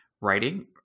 Writing